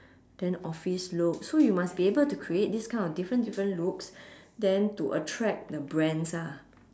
then office look so you must be able to create this kind of different different looks then to attract the brands ah